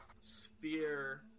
sphere